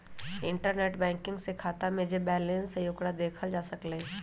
internet banking से खाता में जे बैलेंस हई ओकरा देखल जा सकलई ह